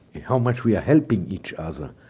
how much we are helping each other.